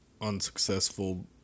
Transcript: unsuccessful